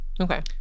Okay